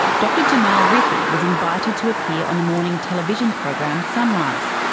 dr jamal rifi, was invited to appear on the morning television program sunrise.